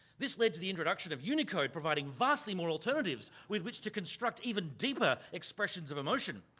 this led to the introduction of unicode, providing vastly more alternatives with which to construct even deeper expressions of emotion.